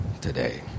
today